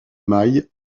mailles